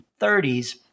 1930s